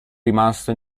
rimasto